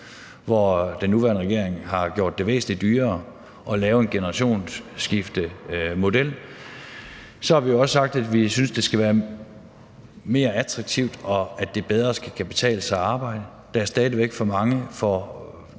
hvor regeringen har gjort det væsentlig dyrere at lave en generationsskiftemodel. Så har vi også sagt, at vi synes, at det skal være mere attraktivt, og at det bedre skal kunne betale sig at arbejde. Der er stadig væk for mange af